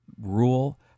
rule